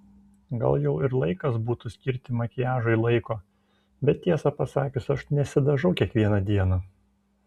gal jau ir laikas būtų skirti makiažui laiko bet tiesą pasakius aš nesidažau kiekvieną dieną